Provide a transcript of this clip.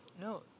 no